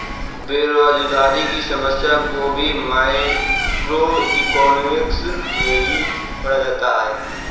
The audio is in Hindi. बेरोजगारी की समस्या को भी मैक्रोइकॉनॉमिक्स में ही पढ़ा जाता है